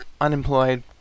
unemployed